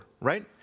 Right